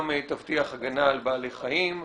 גם תבטיח הגנה על בעלי חיים.